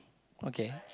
okay